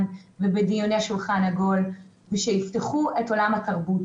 ובדיוני שולחן עגול ושיפתחו את עולם התרבות